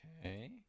Okay